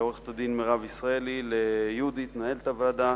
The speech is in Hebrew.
לעורכת-הדין מירב ישראלי, ליהודית, מנהלת הוועדה,